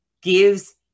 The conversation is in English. gives